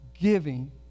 giving